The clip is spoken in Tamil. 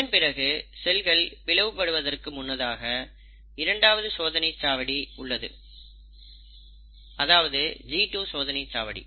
இதன்பிறகு செல்கள் பிளவுபடுவதற்கு முன்னதாக இரண்டாவது சோதனைச் சாவடி உள்ளது அதாவது G2 சோதனைச் சாவடி